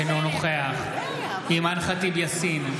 אינו נוכח אימאן ח'טיב יאסין,